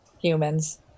Humans